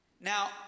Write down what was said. now